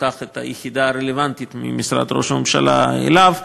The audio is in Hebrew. שלקח את היחידה הרלוונטית ממשרד ראש הממשלה אליו,